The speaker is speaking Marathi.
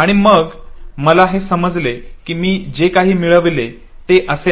आणि मग मला हे समजले की मी जे काही मिळवले ते असे आहे